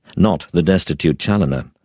not the destitute chaloner.